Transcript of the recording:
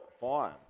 fine